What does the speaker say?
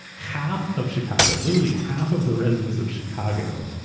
half of chicago, literally half of the residents of chicago,